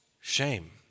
shame